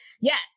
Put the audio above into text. yes